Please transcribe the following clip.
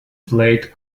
played